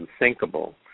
unthinkable